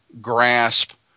grasp